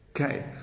Okay